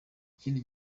ikindi